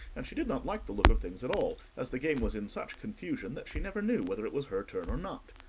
and she did not like the look of things at all, as the game was in such confusion that she never knew whether it was her turn or not.